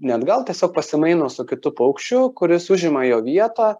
ne atgal tiesiog pasimaino su kitu paukščiu kuris užima jo vietą